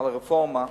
הרפורמה,